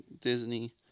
Disney